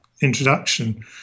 introduction